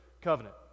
covenant